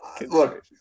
Look